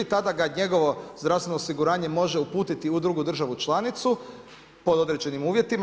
Tada ga njegovo zdravstveno osiguranje može uputiti u drugu državu članicu pod određenim uvjetima.